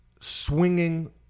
swinging